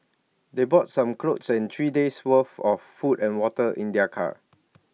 they brought some clothes and three days' worth of food and water in their car